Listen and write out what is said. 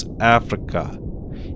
Africa